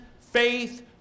faith